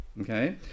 Okay